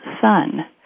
son